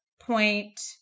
point